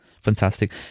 Fantastic